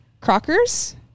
Crockers